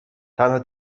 تنها